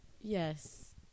Yes